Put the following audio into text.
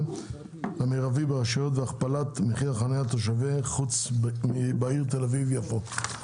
המרבי והכפלת מחיר החנייה לתושבי חוץ בעיר תל אביב יפו.